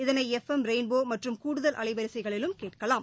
இதனை FM rainbow மற்றும் கூடுதல் அலைவரிசையில் கூட்கலாம்